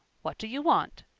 what do you want?